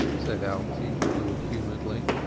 said alte good-humoredly.